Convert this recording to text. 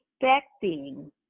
expecting